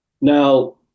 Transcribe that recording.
Now